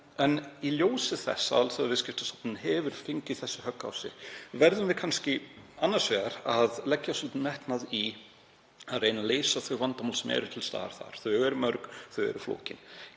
En í ljósi þess að Alþjóðaviðskiptastofnunin hefur fengið þessi högg á sig verðum við kannski annars vegar að leggja mikinn metnað í að reyna að leysa þau vandamál sem eru til staðar, þau eru mörg og þau eru flókin.